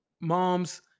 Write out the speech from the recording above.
moms